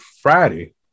Friday